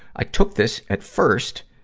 i took this at first,